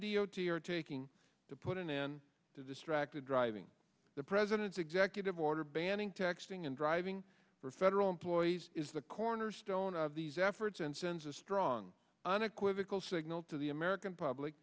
t are taking to put an end to distracted driving the president's executive order banning texting and driving for federal employees is the cornerstone of these efforts and sends a strong unequivocal signal to the american public